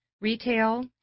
retail